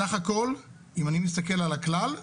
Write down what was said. סך הכול אם אני מסתכל על הכלל,